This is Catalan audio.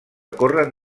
corren